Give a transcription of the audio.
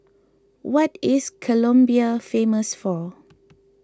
what is Colombia famous for